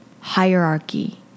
hierarchy